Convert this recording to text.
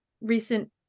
recent